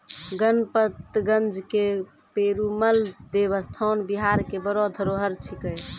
गणपतगंज के पेरूमल देवस्थान बिहार के बड़ो धरोहर छिकै